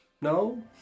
No